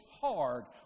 hard